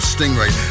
Stingray